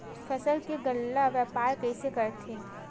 फसल के गल्ला व्यापार कइसे करथे?